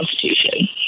Constitution